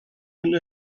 una